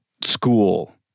school